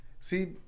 see